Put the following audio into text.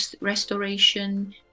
restoration